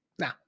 Now